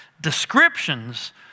descriptions